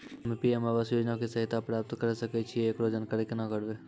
हम्मे पी.एम आवास योजना के सहायता प्राप्त करें सकय छियै, एकरो जानकारी केना करबै?